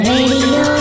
Radio